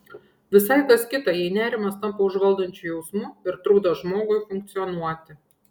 visai kas kita jei nerimas tampa užvaldančiu jausmu ir trukdo žmogui funkcionuoti